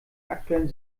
aktuellen